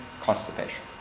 constipation